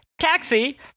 Taxi